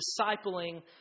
discipling